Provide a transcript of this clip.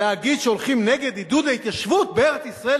להגיד שהולכים נגד עידוד ההתיישבות בארץ-ישראל,